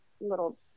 little